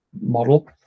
model